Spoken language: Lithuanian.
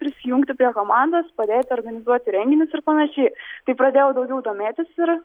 prisijungti prie komandos padėti organizuoti renginius ir panašiai tai pradėjau daugiau domėtis ir